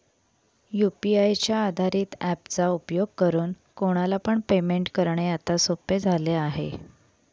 UPI च्या आधारित app चा उपयोग करून कोणाला पण पेमेंट करणे आता सोपे झाले आहे